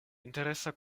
interesa